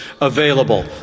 available